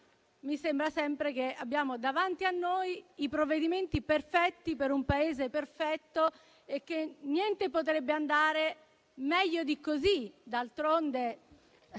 mi sembra sempre che abbiamo davanti a noi i provvedimenti perfetti per un Paese perfetto e che niente potrebbe andare meglio di così. D'altronde,